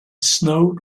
snowed